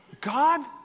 God